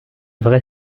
vraie